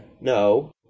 No